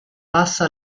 passa